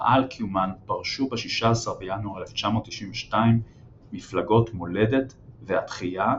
וכמחאה על קיומן פרשו ב-16 בינואר 1992 מפלגות "מולדת" ו"התחיה"